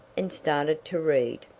and started to read.